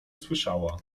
słyszała